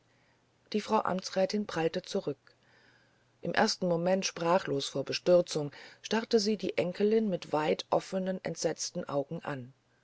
die frau amtsrätin prallte zurück im ersten moment sprachlos vor bestürzung starrte sie die enkelin mit weit offenen entsetzten augen an